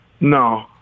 No